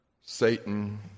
Satan